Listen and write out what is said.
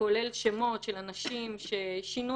כולל שמות של אנשים שפגעו